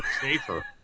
safer